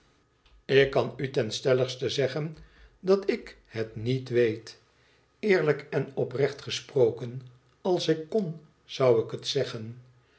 ik kan u ten stelligste zeggen dat ik het niet weet eerlijken oprecht gesproken als ik kon zou ik het zeggen